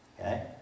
Okay